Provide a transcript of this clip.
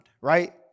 right